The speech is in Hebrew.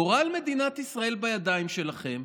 גורל מדינת ישראל בידיים שלכם,